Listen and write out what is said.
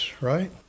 right